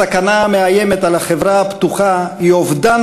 הסכנה המאיימת על החברה הפתוחה היא אובדן